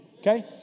okay